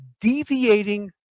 deviating